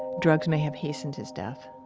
drugs may have hastened his death